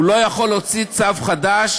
הוא לא יכול להוציא צו חדש